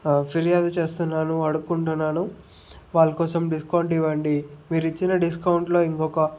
ఫిర్యాదు చేస్తున్నాను అడుక్కుంటున్నాను వాళ్ళ కోసం డిస్కౌంట్ ఇవ్వండి మీరు ఇచ్చిన డిస్కౌంట్లో ఇంకొక